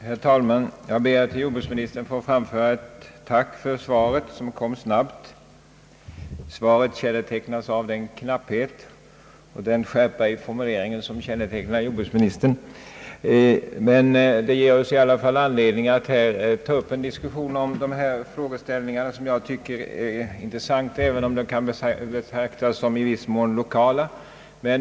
Herr talman! Jag ber att till jordbruksministern få framföra ett tack för svaret som kom snabbt. Det kännetecknas av den knapphet och den skärpa i formuleringen som är betecknande för jordbruksministern, men det ger oss ändå anledning att här ta upp en diskussion om dessa frågeställningar, ty jag tycker de är intressanta även om de i viss mån kan betraktas som loka la.